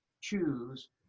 choose